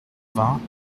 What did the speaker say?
vingt